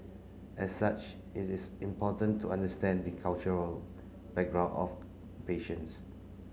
as such it is important to understand the cultural background of patients